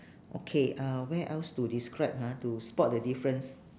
okay uh where else to describe ah to spot the difference